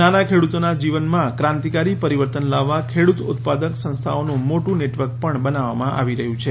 નાના ખેડુતોના જીવનમાં ક્રાંતિકારી પરિવર્તન લાવવા ખેડૂત ઉત્પાદક સંસ્થાઓનું મોટું નેટવર્ક પણ બનાવવામાં આવી રહ્યું છે